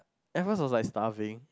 at first was like starving